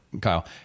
Kyle